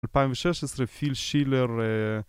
2016, פיל שילר